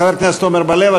חבר הכנסת עמר בר-לב.